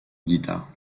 guitare